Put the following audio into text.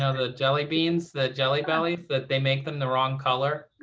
ah the jelly beans, the jelly bellies, that they make them the wrong color?